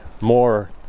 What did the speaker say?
more